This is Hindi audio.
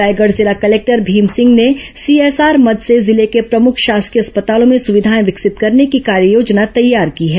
रायगढ़ जिला कलेक्टर भीम सिंह ने सीएसआर मद से जिले के प्रमुख शासकीय अस्पतालों में सुविधाए विकसित करने की कार्ययोजना तैयार की है